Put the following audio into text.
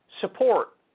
Support